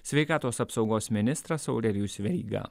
sveikatos apsaugos ministras aurelijus veryga